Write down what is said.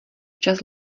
čas